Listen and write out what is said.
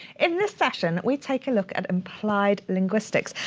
in this session we take a look at applied linguistics.